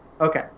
Okay